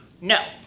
No